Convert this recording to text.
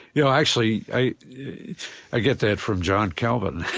you know, actually, i i get that from john calvin